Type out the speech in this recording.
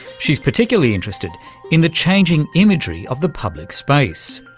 she's particularly interested in the changing imagery of the public space.